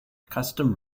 custom